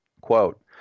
Quote